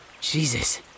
Jesus